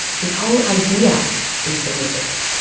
this whole idea is religious.